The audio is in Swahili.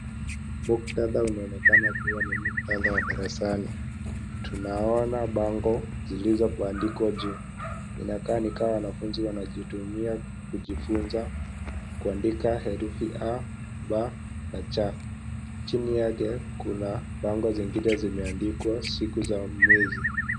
Muktadha unaonekana ikuwa ni muktadhaa wa darasani tunaona bango zilizobandikwa juu inakaa ni kama watoto walizitumia kujifunza kuanfika herufi A, B na C, chini yake kuna bango zingine zilizoandikwa siku za mwezi.